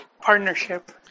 partnership